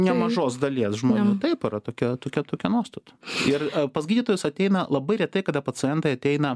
nemažos dalies žmonių taip yra tokia tokia tokia nuostata ir pas gydytojus ateina labai retai kada pacientai ateina